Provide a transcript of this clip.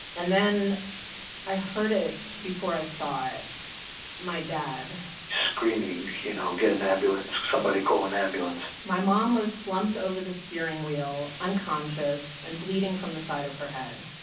and then i heard it before i saw it my dad screaming, you know, get an ambulance. somebody call an ambulance my mom was slumped over the steering wheel, unconscious and bleeding from the side of her head.